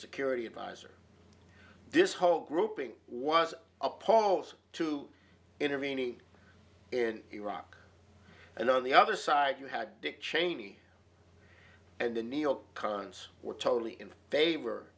security advisor this whole grouping was opposed to intervening in iraq and on the other side you had dick cheney and the neo cons were totally in favor